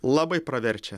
labai praverčia